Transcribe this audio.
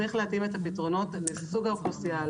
צריך להתאים את הפתרונות לסוג האוכלוסייה,